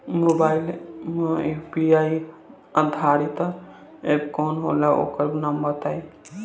Mobile म UPI आधारित app कौन होला ओकर नाम बताईं?